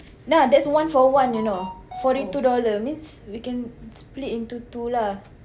dah that's one for one you know means we can split into two lah